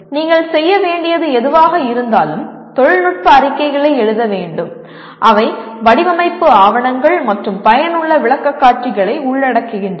நீங்கள் செய்ய வேண்டியது எதுவாக இருந்தாலும் தொழில்நுட்ப அறிக்கைகளை எழுத வேண்டும் அவை வடிவமைப்பு ஆவணங்கள் மற்றும் பயனுள்ள விளக்கக்காட்சிகளை உள்ளடக்குகின்றன